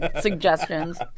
suggestions